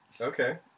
Okay